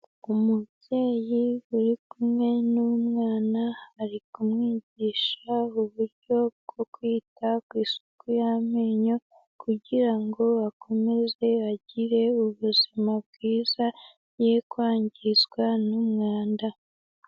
Umubyeyi uri kumwe n'umwana, ari kumwigisha uburyo bwo kwita ku isuku y'amenyo, kugira ngo akomeze agire ubuzima bwiza, ye kwangizwa n'umwanda.